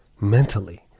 mentally